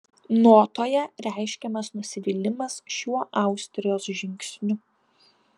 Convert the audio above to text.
notoje reiškiamas nusivylimas šiuo austrijos žingsniu